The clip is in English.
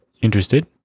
interested